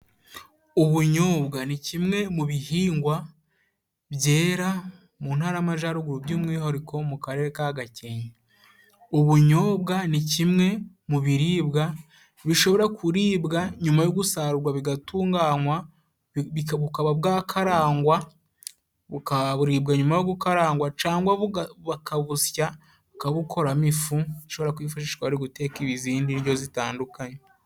Ubunyobwa ni kimwe mu bihingwa byera mu ntara y'Amajaruguru by'umwihariko mu karere ka Gakenke. Ubunyobwa ni kimwe mu biribwa bishobora kuribwa nyuma yo gusarugwa， bugatunganwa，bukaba bwakarangwa， bukaribwa nyuma yo gukarangwa，cyangwa bakabusya，bakabukoramo ifu ishobora kwifashishwa bari guteka izindi ndyo zitandukanye.